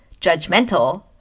judgmental